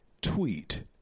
tweet